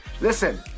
Listen